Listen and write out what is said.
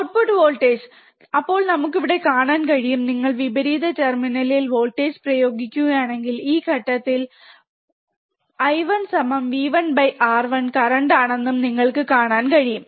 output voltage അപ്പോൾ നമുക്ക് ഇവിടെ കാണാൻ കഴിയും നിങ്ങൾ വിപരീത ടെർമിനലിൽ വോൾട്ടേജ് പ്രയോഗിക്കുകയാണെങ്കിൽ ഈ പ്രത്യേക ഘട്ടത്തിൽ I1 V1 R1 കറന്റ് ആണെന്ന് നിങ്ങൾക്ക് കാണാൻ കഴിയും